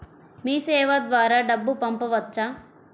మీసేవ ద్వారా డబ్బు పంపవచ్చా?